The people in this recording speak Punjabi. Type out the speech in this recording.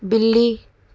ਬਿੱਲੀ